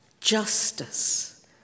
justice